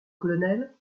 colonel